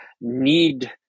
need